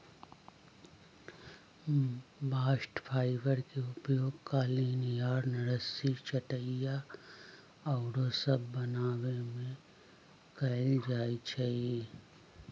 bast fibre के उपयोग कालीन, यार्न, रस्सी, चटाइया आउरो सभ बनाबे में कएल जाइ छइ